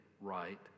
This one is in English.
right